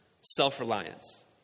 self-reliance